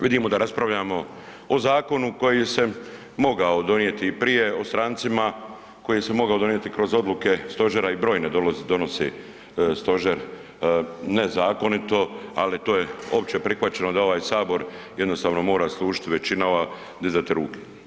Vidimo da raspravljamo o zakonu koji se mogao donijeti i prije o strancima, koji se mogao donijeti kroz odluke stožera i brojne donose stožer ne zakonito, ali to je opće prihvaćeno da ovaj sabor jednostavno mora služiti većinama i dizati ruke.